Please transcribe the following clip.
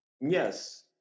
yes